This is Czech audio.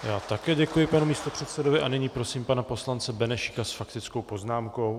Já také děkuji panu místopředsedovi a nyní prosím pana poslance Benešíka s faktickou poznámkou.